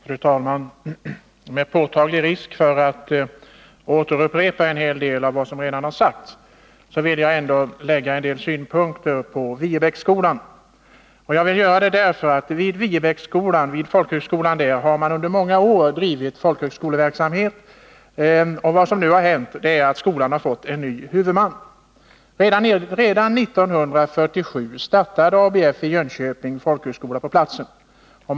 Fru talman! Med påtaglig risk för att upprepa en hel del av vad som redan har sagts vill jag ändå anlägga en del synpunkter på Viebäcksskolan. Vid Viebäcks folkhögskola har man under många år drivit folkhögskoleverksamhet. Vad som nu har hänt är att skolan fått ny huvudman. Redan 1947 startade ABF i Jönköping folkhögskola på platsen.